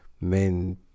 men